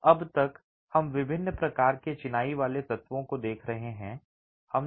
अब तक हम विभिन्न प्रकार के चिनाई वाले तत्वों को देख रहे हैं